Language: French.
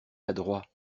adroit